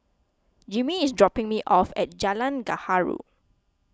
Jimmy is dropping me off at Jalan Gaharu